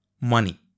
money